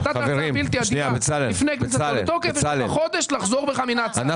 נתת הצעה בלתי הדירה לפני כניסתו לתוקף יש לך חודש לחזור בך מן ההצעה,